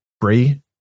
free